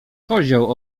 kozioł